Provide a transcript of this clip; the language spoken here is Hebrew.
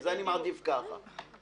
אני מעדיף כך.